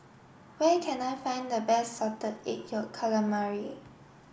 where can I find the best salted egg yolk calamari